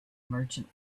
merchant